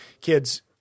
kids